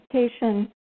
education